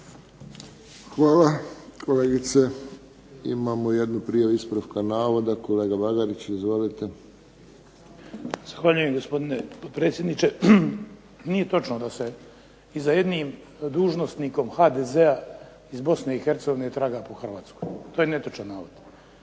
Hvala kolegice. Imamo jednu ispravku navoda kolega Bagarić. Izvolite. **Bagarić, Ivan (HDZ)** Zahvaljujem gospodine potpredsjedniče. Nije točno da se za jednim dužnosnikom HDZ-a iz Bosne i Hercegovine traga po Hrvatskoj, to je netočan navod.